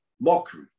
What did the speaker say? mockery